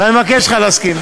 אני מבקש ממך להסכים.